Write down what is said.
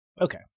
Okay